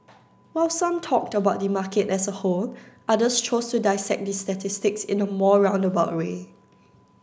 while some talked about the market as a whole others chose to dissect the statistics in a more roundabout way